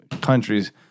countries